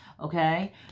Okay